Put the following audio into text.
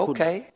Okay